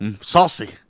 saucy